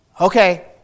Okay